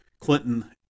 Clinton